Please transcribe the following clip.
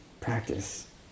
practice